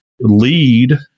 lead